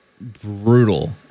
brutal